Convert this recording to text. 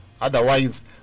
otherwise